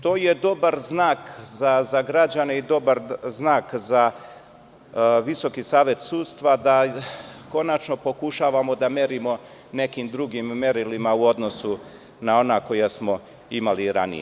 To je dobar znak za građane i dobar znak za Visoki savet sudstva da konačno pokušavamo da merimo nekim drugim merilima u odnosu na ona koja smo imali ranije.